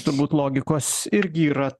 turbūt logikos irgi yra